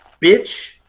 Bitch